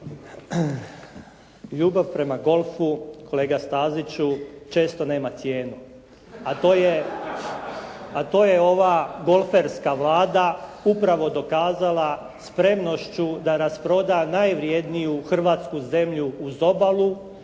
Ljubav prema golfu, kolega Staziću često nema cijenu, a to je ova golferska Vlada upravo dokazala spremnošću da rasproda najvrjedniju hrvatsku zemlju uz obalu